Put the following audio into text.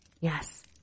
Yes